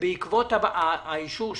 שבעקבות האישור שלנו,